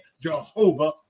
Jehovah